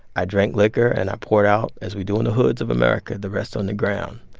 i drank liquor, and i poured out, as we do in the hoods of america, the rest on the ground.